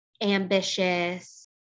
ambitious